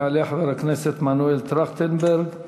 יעלה חבר הכנסת מנואל טרכטנברג.